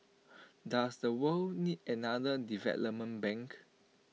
does the world need another development bank